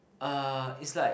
uh is like